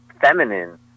feminine